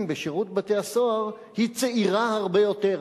בשירות בתי-הסוהר היא צעירה הרבה יותר,